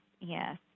yes